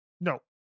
No